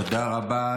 תודה רבה.